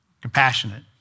compassionate